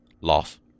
Loss